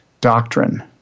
doctrine